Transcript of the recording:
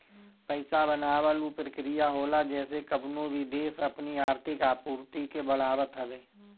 पईसा बनावल उ प्रक्रिया होला जेसे कवनो भी देस अपनी आर्थिक आपूर्ति के बढ़ावत हवे